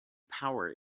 power